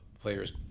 player's